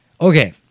okay